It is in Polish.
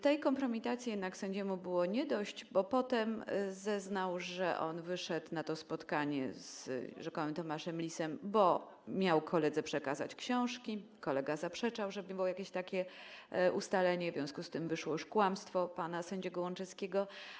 Tej kompromitacji jednak sędziemu nie było dość, bo potem zeznał, że wyszedł na to spotkanie z rzekomym Tomaszem Lisem, bo miał koledze przekazać książki, kolega zaprzeczał, żeby było jakieś takie ustalenie, w związku z czym wyszło już na jaw kłamstwo pana sędziego Łączewskiego.